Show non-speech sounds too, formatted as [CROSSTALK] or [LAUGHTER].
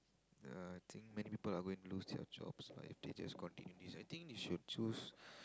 uh I think many people are going to lose their jobs lah if they just continue this I think they should choose [BREATH]